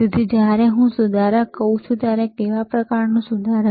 તેથી જ્યારે હું સુધારક કહું છું કેવા પ્રકારનું સુધારક